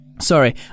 Sorry